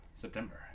September